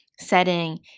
setting